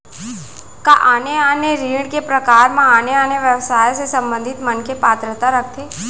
का आने आने ऋण के प्रकार म आने आने व्यवसाय से संबंधित मनखे पात्रता रखथे?